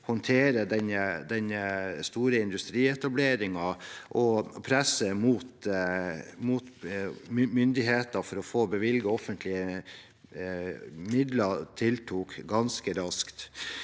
håndtere denne store industrietableringen, og presset mot myndigheter for å få bevilget offentlige midler tiltok ganske raskt.